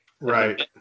Right